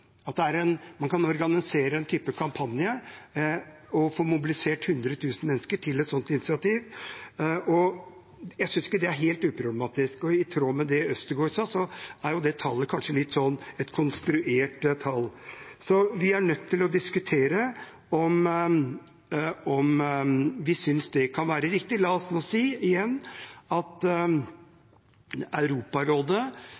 sånt initiativ. Jeg synes ikke det er helt uproblematisk, og i tråd med det Øvstegård sa, er det tallet litt konstruert. Vi er nødt til å diskutere om vi synes det kan være riktig. La oss nå si, igjen, at